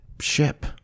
ship